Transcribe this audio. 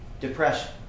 depression